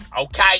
okay